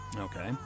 Okay